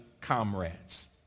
comrades